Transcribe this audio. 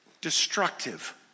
destructive